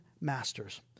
masters